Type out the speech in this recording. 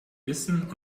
wissen